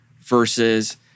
versus